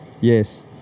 Yes